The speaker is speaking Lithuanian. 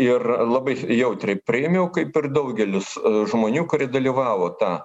ir labai jautriai priėmiau kaip ir daugelis žmonių kurie dalyvavo tą